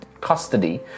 custody